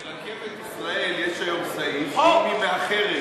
ברכבת ישראל יש היום סעיף שאם היא מאחרת